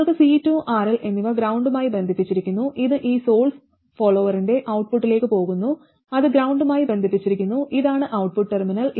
നമ്മൾക്ക് C2 RL എന്നിവ ഗ്രൌണ്ടുമായി ബന്ധിപ്പിച്ചിരിക്കുന്നു ഇത് ഈ സോഴ്സ് ഫോളോവറിന്റെ ഔട്ട്പുട്ടിലേക്ക് പോകുന്നു അത് ഗ്രൌണ്ടുമായി ബന്ധിപ്പിച്ചിരിക്കുന്നു ഇതാണ് ഔട്ട്പുട്ട് ടെർമിനൽ